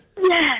Yes